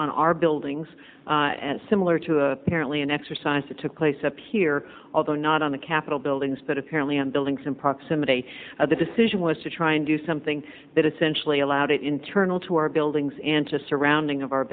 on our buildings similar to apparently an exercise that took place up here although not on the capitol buildings but apparently on buildings in proximity of the decision was to try and do something that essentially allowed it internal to our buildings and to surround ing of our